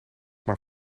maar